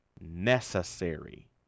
necessary